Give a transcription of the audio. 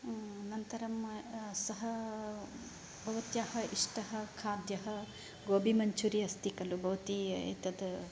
अनन्तरं सः भवत्याः इष्टः खाद्यः गोबि मञ्चूरि अस्ति खलु भवति एतद्